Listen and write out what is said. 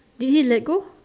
did he let go